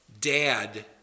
dad